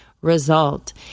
result